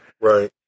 Right